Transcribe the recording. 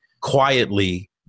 quietly